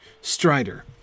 Strider